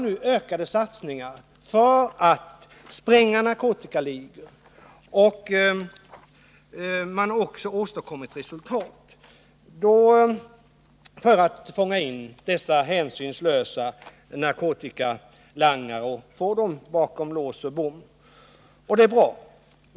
Det görs nu ökade satsningar för att spränga narkotikaligor. Man har också åstadkommit resultat när det gällt att fånga in hänsynslösa narkotikalangare och få dem bakom lås och bom.